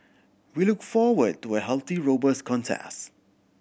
we look forward to a healthy robust contest